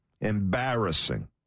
Embarrassing